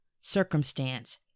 circumstance